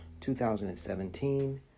2017